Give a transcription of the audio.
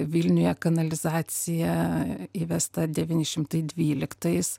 vilniuje kanalizacija įvesta devyni šimtai dvyliktais